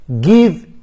give